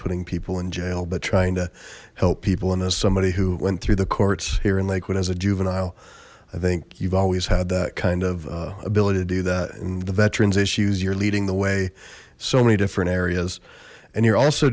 putting people in jail but trying to help people in this somebody who went through the courts here in lakewood as a juvenile i think you've always had that kind of ability to do that and the veterans issues you're leading the way so many different areas and you're also